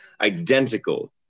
identical